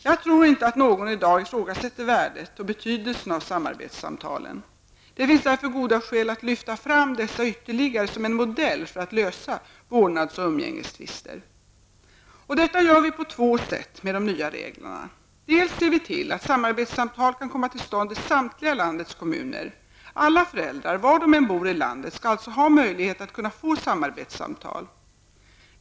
Jag tror inte att någon i dag ifrågasätter värdet och betydelsen av samarbetssamtalen. Det finns därför goda skäl att lyfta fram dessa ytterligare som en modell för att lösa vårdnads och umgängestvister. Detta gör vi på två sätt med de nya reglerna. Dels ser vi till att samarbetssamtal kan komma till stånd i samtliga landets kommuner. Alla föräldrar, var de än bor i landet, skall alltså ha möjlighet att kunna få samarbetssamtal.